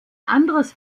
anderes